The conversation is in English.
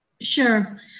Sure